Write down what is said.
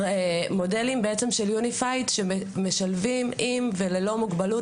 מודלים אחידים שמשלבים קבוצות עם מוגבלות וללא מוגבלות.